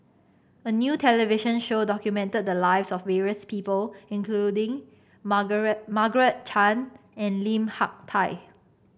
a new television show documented the lives of various people including Margaret Margaret Chan and Lim Hak Tai